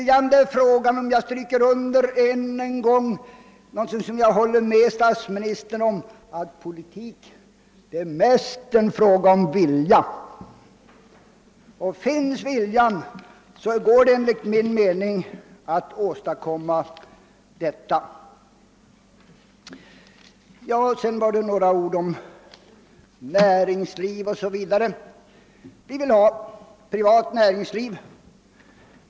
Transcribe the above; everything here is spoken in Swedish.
Jag under stryker ännu en gång att det är viljan det är fråga om. Jag håller med statsministern om att politik mest är en fråga om vilja. Finns viljan går det enligt min mening att åstadkomma detta. Vi vill ha ett privat näringsliv.